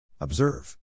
observe